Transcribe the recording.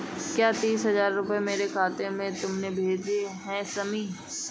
क्या तीस हजार रूपए मेरे खाते में तुमने भेजे है शमी?